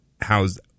how's